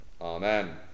Amen